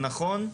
הנכון.